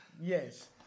yes